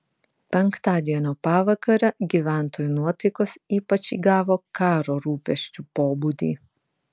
penktadienio pavakare gyventojų nuotaikos ypač įgavo karo rūpesčių pobūdį